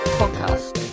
podcast